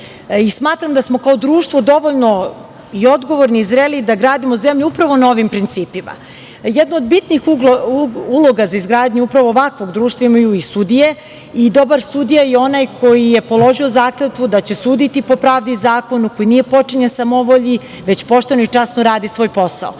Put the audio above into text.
ženama. Smatram da smo kao društvo odgovorni i zreli da gradimo zemlju upravo na ovim principima, i jedna od bitnih uloga za izgradnju upravo ovakvog društva imaju sudije, i dobar sudija je onaj koji je položio zakletvu da će suditi po pravdi i zakonu, koji nije potčinjen samovolji, već pošteno i časno radi svoj posao.Za